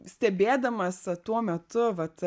stebėdamas tuo metu vat